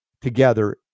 together